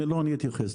אני אתייחס.